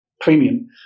premium